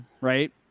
right